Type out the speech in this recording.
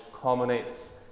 culminates